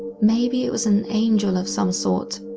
maybe it was an angel of some sort.